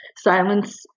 Silence